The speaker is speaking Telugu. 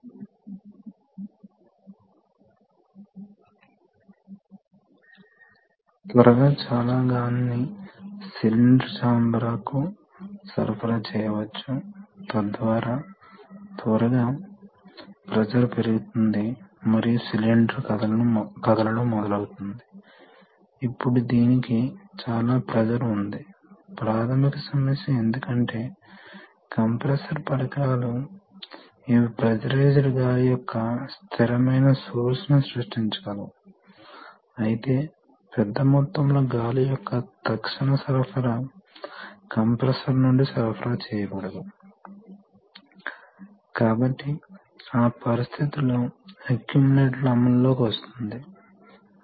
కాబట్టి మీరు కొన్నిసార్లు దాన్ని తొలగించగలిగితే మీ సిస్టమ్ చాలా స్థిరంగా ఉందని మారదు అని మీకు తెలిస్తే కొంచెం అనిశ్చితి ఉన్నా బాగా వర్గీకరించబడింది మరియు మీకు లోడ్ తెలుసు కాబట్టి ఊహించని విధంగా లోడ్ లేకపోతే అటువంటి పరిస్థితిలో మీరు ఓపెన్ లూప్ కంట్రోల్ ను ఉపయోగించవచ్చు మరియు సాధారణంగా ఒక కంట్రోల్ సిస్టం లో బహుళ లూప్స్ ఉంటాయి కాబట్టి మీరు మీకు కొన్ని లూప్స్ మూసివేయబడి ఉంటే మరియు ఇవి సాధారణంగా కదలికను సృష్టించడం కోసం ఉపయోగించబడతాయి కాబట్టి తుది మూలకం యొక్క చివరి కదలిక గ్రహించబడదు కాబట్టి దీనిని పాక్షిక క్లోజ్డ్ లూప్ కంట్రోల్ అని పిలుస్తాము